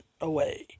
away